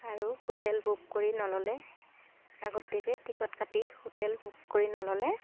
আৰু hotel book কৰি নল'লে আগতীয়কৈ টিকট কাটি হোটেল বুক কৰি নল'লে